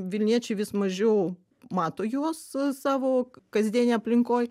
vilniečiai vis mažiau mato juos savo kasdienėj aplinkoj